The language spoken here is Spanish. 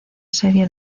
serie